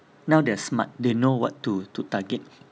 now they are smart they know what to to target